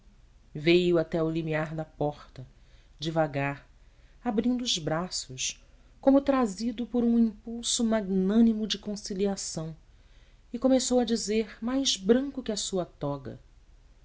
veio até ao limiar da porta devagar abrindo os braços como trazido por um impulso magnânimo de conciliação e começou a dizer mais branco que a sua toga